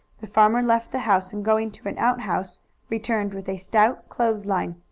the farmer left the house, and going to an outhouse returned with a stout clothes-line.